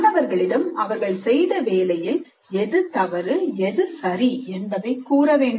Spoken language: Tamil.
மாணவர்களிடம் அவர்கள் செய்த வேலையில் எது தவறு எது சரி என்பதைக் கூற வேண்டும்